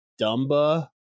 Dumba